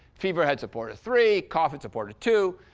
fever had support of three, cough had support of two.